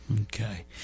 Okay